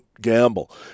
gamble